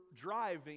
driving